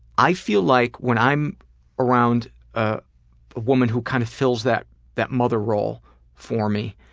i feel like when i'm around a woman who kind of fills that that mother role for me,